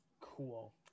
Cool